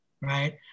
right